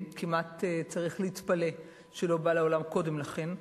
כמעט צריך להתפלא שהוא לא בא לעולם קודם לכן.